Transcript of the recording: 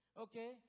Okay